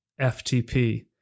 FTP